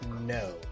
no